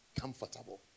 comfortable